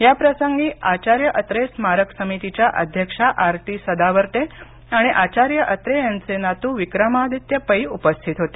याप्रसंगी आचार्य अत्रे स्मारक समितीच्या अध्यक्षा आरती सदावर्ते आणि आचार्य अत्रे यांचे नातू विक्रमादित्य पै उपस्थित होते